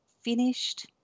finished